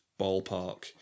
ballpark